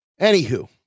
Anywho